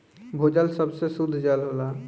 भूजल सबसे सुद्ध जल होला